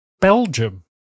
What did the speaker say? Belgium